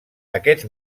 aquests